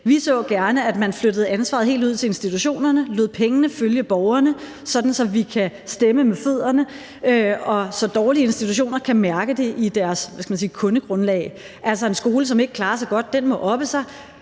Vi så gerne, at man flyttede ansvaret helt ud til institutionerne og lod pengene følge borgerne, sådan at vi kan stemme med fødderne, og sådan at dårlige institutioner kan mærke det i deres, hvad skal man sige, kundegrundlag. Altså, en skole, som ikke klarer sig godt, må oppe sig,